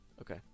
okay